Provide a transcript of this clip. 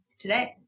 today